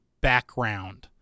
background